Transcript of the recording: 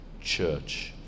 church